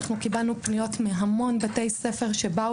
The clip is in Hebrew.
אנחנו קיבלנו פניות מהמון בתי ספר שבאו